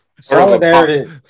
Solidarity